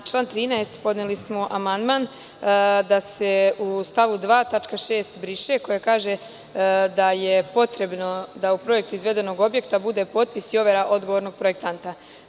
Na član 13. podneli smo amandman da se u stavu 2. tačka 6) briše, koja kaže da je potrebno da u projektu izvedenog objekta bude potpis odgovornog projektanta.